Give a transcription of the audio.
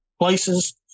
places